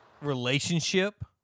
relationship